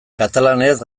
katalanez